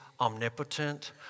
omnipotent